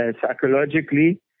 psychologically